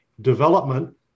development